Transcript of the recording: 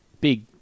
big